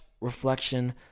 reflection